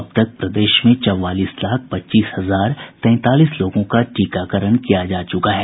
अब तक प्रदेश में चौवालीस लाख पच्चीस हजार तैंतालीस लोगों का टीकाकरण किया जा चुका है